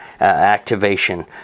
activation